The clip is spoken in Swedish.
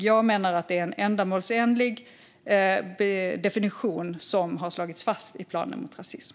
Jag menar att det är en ändamålsenlig definition som har slagits fast i planen mot rasism.